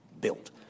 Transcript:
built